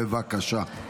בבקשה.